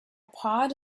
pod